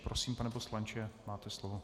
Prosím, pane poslanče, máte slovo.